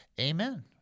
amen